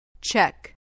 Check